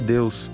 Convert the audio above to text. Deus